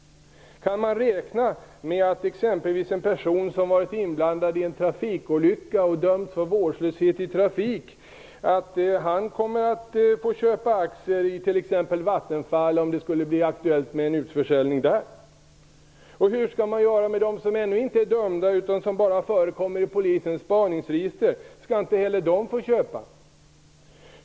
Kan man räkna med att exempelvis en person som har varit inblandad i en trafikolycka och dömts för vårdslöshet i trafik kommer att få köpa aktier i t.ex. Vattenfall om det skulle bli aktuellt med en utförsäljning? Hur skall man göra med dem som ännu inte är dömda utan som bara förekommer i polisens spaningsregister? Skall inte heller de får köpa aktier?